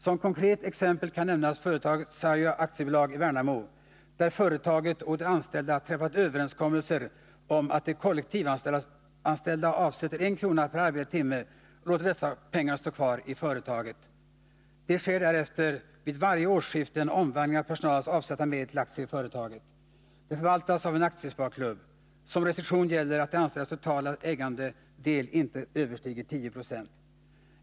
Som konkret exempel kan nämnas företaget Sajo AB i Värnmo, där företaget och de anställda har träffat överenskommelser om att de kollektivanställda avsätter en krona per arbetad timme och låter dessa pengar stå kvar i företaget. Det sker därefter vid varje årsskifte en omvandling av personalens avsatta medel till aktier i företaget. De förvaltas av en aktiesparklubb. Som restriktion gäller att de anställdas totala ägarandel inte överstiger 10 96.